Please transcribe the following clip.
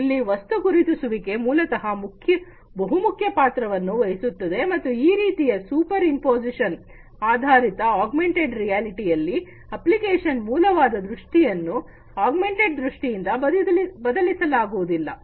ಇಲ್ಲಿ ವಸ್ತು ಗುರುತಿಸುವಿಕೆ ಮೂಲತಃ ಬಹುಮುಖ್ಯ ಪಾತ್ರವನ್ನು ವಹಿಸುತ್ತದೆ ಮತ್ತು ಈ ರೀತಿಯ ಸೂಪರ್ ಇಂಪೋಸಿಶನ್ ಆಧಾರಿತ ಆಗ್ಮೆಂಟೆಡ್ ರಿಯಾಲಿಟಿಯ ಯಲ್ಲಿ ಅಪ್ಲಿಕೇಶನ್ ಮೂಲವಾದ ದೃಷ್ಟಿಯನ್ನು ಆಗ್ಮೆಂಟೆಡ್ ದೃಷ್ಟಿಯಿಂದ ಬದಲಿಸಲಾಗುವುದಿಲ್ಲ